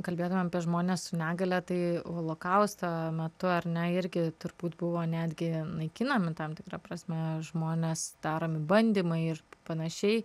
kalbėtumėm apie žmones su negalia tai holokausto metu ar ne irgi turbūt buvo netgi naikinami tam tikra prasme žmonės daromi bandymai ir panašiai